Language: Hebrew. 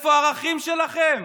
איפה הערכים שלכם?